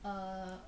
err